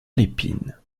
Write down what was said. lépine